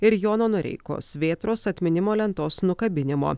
ir jono noreikos vėtros atminimo lentos nukabinimo